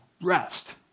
rest